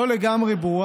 לא לגמרי ברור